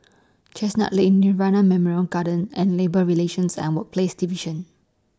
Chestnut Lane Nirvana Memorial Garden and Labour Relations and Workplaces Division